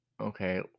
Okay